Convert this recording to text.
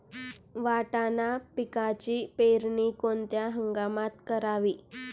वाटाणा पिकाची पेरणी कोणत्या हंगामात करावी?